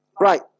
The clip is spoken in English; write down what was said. right